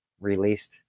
released